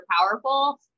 powerful